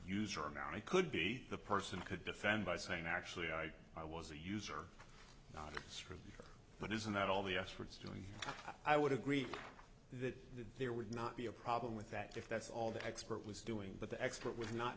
user and i could be the person could defend by saying actually i was a user not a street but isn't that all the experts doing i would agree that there would not be a problem with that if that's all the expert was doing but the expert was not